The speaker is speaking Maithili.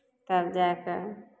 तब जाए कऽ